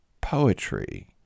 Poetry